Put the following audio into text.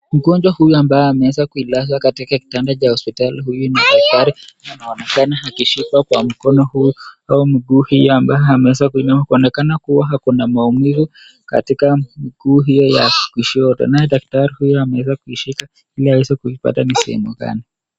Mgonjwa huyu ambaye ameweza kulazwa katika kitanda cha hospitali. Huyu ni daktari na anaonekana akishikwa kwa mkono huu au mguu hii ambao ameweza kuinua kuonekana kuwa ako na maumivu katika mguu hiyo ya kushoto naye daktari huyu ameweza kuishika ili aweze kuipata ni sehemu gani.